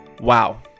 Wow